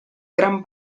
gran